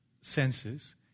senses